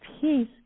peace